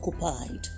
occupied